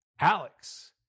Alex